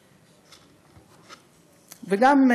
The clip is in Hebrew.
וגם,